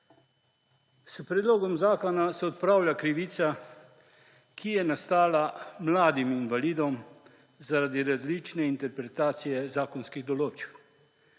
S predlogom zakona se odpravlja krivica, ki je nastala mladim invalidom zaradi različne interpretacije zakonskih določb,